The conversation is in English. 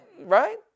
Right